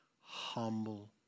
humble